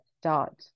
start